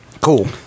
Cool